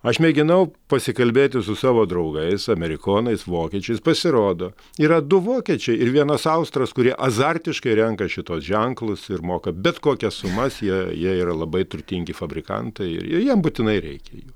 aš mėginau pasikalbėti su savo draugais amerikonais vokiečiais pasirodo yra du vokiečiai ir vienas austras kurie azartiškai renka šituos ženklus ir moka bet kokias sumas jei jie yra labai turtingi fabrikantai ir jiem būtinai reikia jų